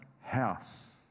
house